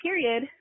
period